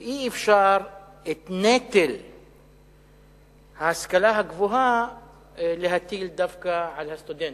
ואי-אפשר את נטל ההשכלה הגבוהה להטיל דווקא על הסטודנט,